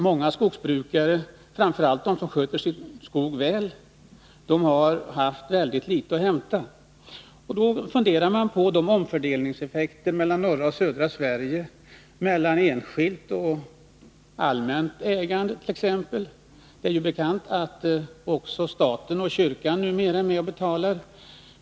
Många skogsbrukare, framför allt de som sköter sin skog väl, har haft väldigt litet att hämta här. Då funderar man över de effekter när det gäller omfördelning mellan t.ex. norra och södra Sverige, mellan enskilt och allmänt ägande, som nu har åstadkommits. Det är ju bekant att också staten och kyrkan numera är med och betalar.